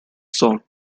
song